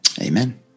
Amen